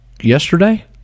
yesterday